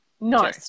No